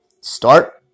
start